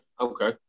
Okay